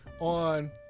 on